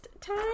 time